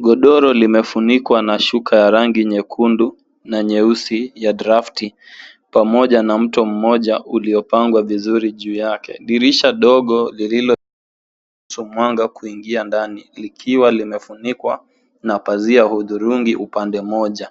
Godoro limefunikwa na shuka ya rangi nyekundu na nyeusi ya draft pamoja na mto moja uliopangwa vizuri juu yake. Dirisha dogo lililo cha mwanga kuingia ndani likiwa limefunikwa na pazia hudhurungi upande moja.